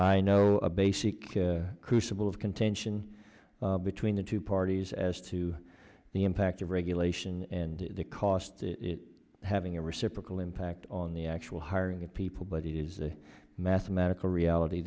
i know a basic crucible of contention between the two parties as to the impact of regulation and the cost it having a reciprocal impact on the actual hiring of people but it is a mathematical reality